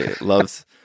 loves